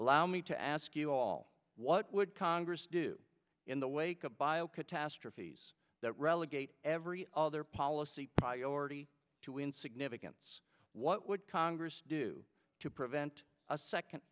allow me to ask you all what would congress do in the wake of bio catastrophes that relegate every other policy priority to in significance what would congress do to prevent a second